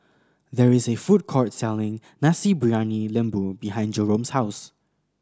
there is a food court selling Nasi Briyani Lembu behind Jerome's house